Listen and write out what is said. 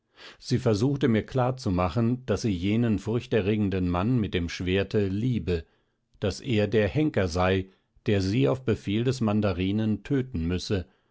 sie versuchte mir klarzumachen daß sie jenen furchterregenden mann mit dem schwerte liebe daß er der henker sei der sie auf befehl des mandarinen töten müsse